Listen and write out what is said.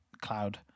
cloud